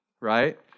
Right